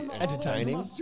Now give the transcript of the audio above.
entertaining